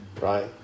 right